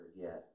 forget